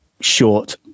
short